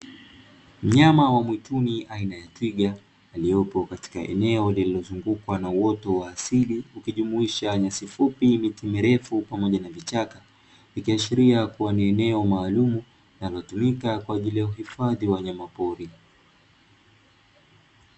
Mnyama wa mwituni aina ya twiga aliyopo katika eneo lilozungukwa na uoto wa asili ukijumuisha nyasi fupi na miti mirefu pamoja na vichaka, ikiashiria kuwa ni eneo maalumu linalotumika kwa ajili ya kuhifadhi wa nyamapori.